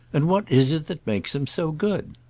and what is it that makes them so good?